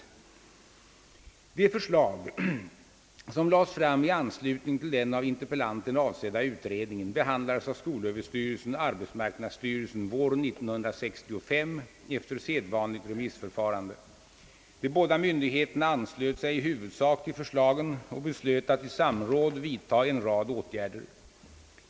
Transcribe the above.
De förslag som lades fram i anslutning till den av interpellanten avsedda utredningen behandlades av skolöverstyrelsen och arbetsmarknadsstyrelsen våren 1965 efter sedvanligt remissförfarande. De båda myndigheterna anslöt sig i huvudsak till förslagen och beslöt att i samråd vidta en rad åtgärder.